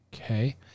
Okay